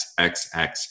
XXX